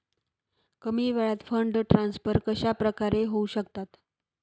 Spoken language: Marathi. कमी वेळात फंड ट्रान्सफर कशाप्रकारे होऊ शकतात?